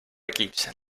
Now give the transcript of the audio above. equips